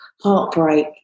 heartbreak